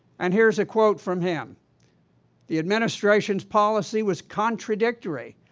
and here is a quote from him the administration's policy was contradictory.